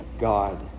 God